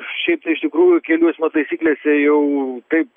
šiaip tai iš tikrųjų kelių eismo taisyklėse jau taip